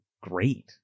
great